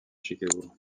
chicago